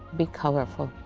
be colorful.